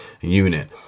unit